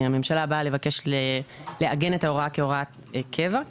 הממשלה באה לבקש לעגן את ההוראה כהוראת קבע,